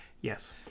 Yes